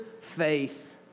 faith